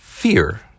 fear